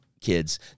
kids